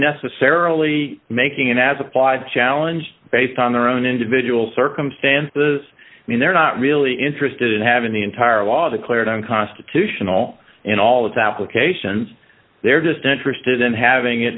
necessarily making as applied challenge based on their own individual circumstances i mean they're not really interested in having the entire law declared unconstitutional in all its applications they're just interested in having it